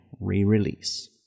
re-release